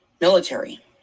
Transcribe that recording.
military